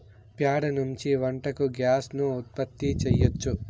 ప్యాడ నుంచి వంటకు గ్యాస్ ను ఉత్పత్తి చేయచ్చు